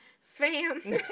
fam